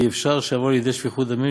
כי אפשר שיבוא לידי שפיכות דמים,